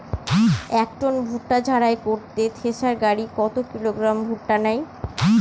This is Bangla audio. এক টন ভুট্টা ঝাড়াই করতে থেসার গাড়ী কত কিলোগ্রাম ভুট্টা নেয়?